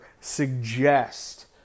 suggest